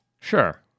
Sure